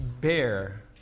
bear